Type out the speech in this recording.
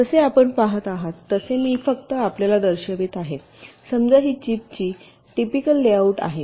जसे आपण पहात आहात तसे मी फक्त आपल्याला दर्शवित आहे समजा ही चिपची टीपीकल लेआऊट आहे